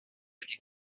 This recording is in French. étaient